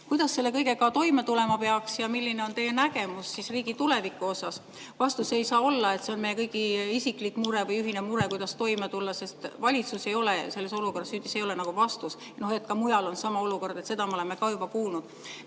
Kuidas selle kõigega toime tulema peaks ja milline on teie nägemus riigi tulevikust? Vastus ei saa olla, et see on meie kõigi isiklik mure või ühine mure, kuidas toime tulla. Valitsus ei ole selles olukorras süüdi, see ei ole nagu vastus. Ka seda, et mujal on sama olukord, me oleme juba kuulnud.